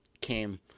came